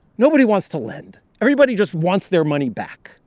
nobody wants to lend. everybody just wants their money back.